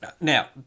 Now